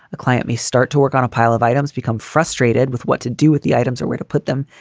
a client may start to work on a pile of items, become frustrated with what to do with the items or where to put them,